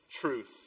truth